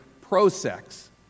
pro-sex